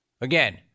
Again